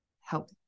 help